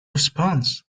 response